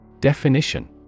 Definition